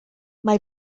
mae